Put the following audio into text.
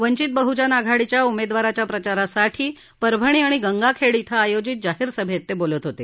वंचित बहुजन आघाडीच्या उमेदवाराच्या प्रचारासाठी परभणी आणि गंगाखेड इथं आयोजित जाहीर सभेत ते बोलत होते